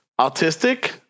autistic